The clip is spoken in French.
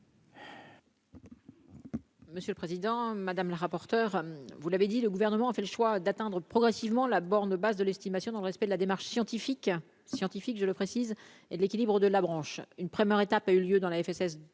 Monsieur le président, madame la rapporteure, vous l'avez dit, le gouvernement a fait le choix d'atteindre progressivement la borne basse de l'estimation dans le respect de la démarche scientifique scientifique, je le précise, et de l'équilibre de la branche, une première étape a eu lieu dans la FSS pour